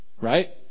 Right